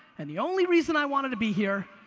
and the only reason i wanted to be here,